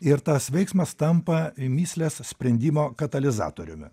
ir tas veiksmas tampa mįslės sprendimo katalizatoriumi